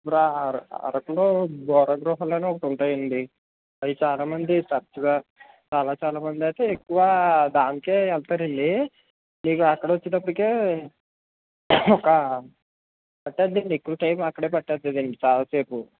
ఇప్పుడా అరకులో బొర్రా గుహలు అనీ ఒకటి ఉంటాయండి అవి చాలామంది తరచుగా చాలా చాలా మంది అయితే ఎక్కువ దానికే వెళ్తారండి ఇక అక్కడ వచ్చేటప్పటికే ఒక పట్టేస్తుందండి ఎక్కువ టైమ్ అక్కడే పట్టేస్తుందండి చాలాసేపు